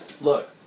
Look